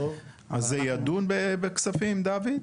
אז זה ידון בכספים, דוד?